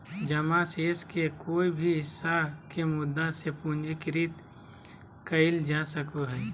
जमा शेष के कोय भी हिस्सा के मुद्दा से पूंजीकृत कइल जा सको हइ